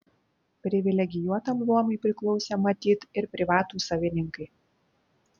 privilegijuotam luomui priklausė matyt ir privatūs savininkai